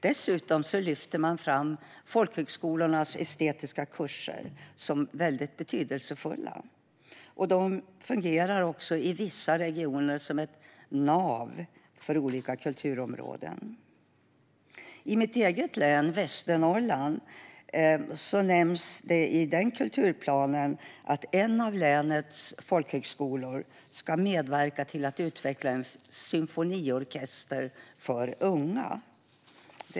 Dessutom lyfts folkhögskolornas estetiska kurser fram som väldigt betydelsefulla. De fungerar i vissa regioner som ett nav för olika kulturområden. I mitt eget län, Västernorrland, nämns i kulturplanen att en av länets folkhögskolor ska medverka till att utveckla en symfoniorkester för unga.